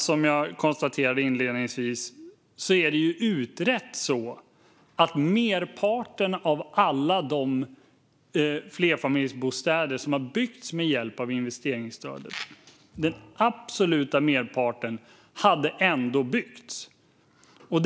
Som jag konstaterade inledningsvis är det utrett att den absoluta merparten av alla de flerfamiljsbostäder som har byggts med hjälp av investeringsstödet hade byggts ändå.